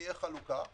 תהיה חלוקה,